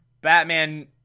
Batman